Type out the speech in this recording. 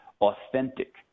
authentic